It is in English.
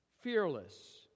fearless